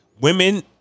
Women